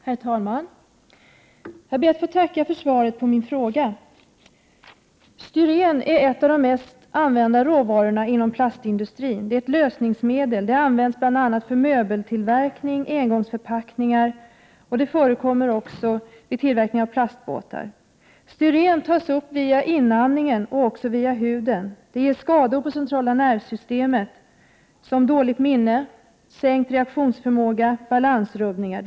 Herr talman! Jag ber att få tacka för svaret på min fråga. Styren är en av de mest använda råvarorna inom plastindustrin. Det är ett lösningsmedel. Det används bl.a. till möbeltillverkning, engångsförpackningar och vid tillverkning av plastbåtar. Styren tas upp via inandningen och via huden. Det ger skador på centrala nervsystemet, som dåligt minne, sänkt reaktionsförmåga och balansrubb ningar.